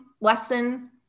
lesson